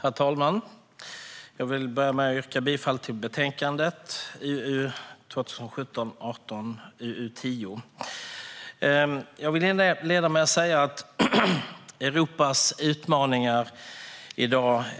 Herr talman! Jag vill börja med att yrka bifall till utskottets förslag i betänkande 2017/18:UU10. Det